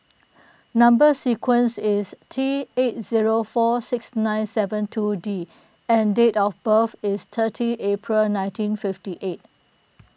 Number Sequence is T eight zero four six nine seven two D and date of birth is thirty April nineteen fifty eight